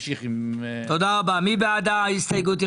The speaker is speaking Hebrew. מי בעד קבלת ההסתייגות?